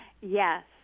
Yes